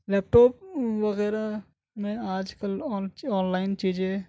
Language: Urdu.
لیپٹاپ وغیرہ میں آج کل آن لائن چیزیں